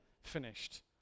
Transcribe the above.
finished